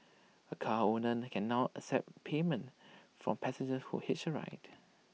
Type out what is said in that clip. A car owner can now accept payment from passengers who hitch A ride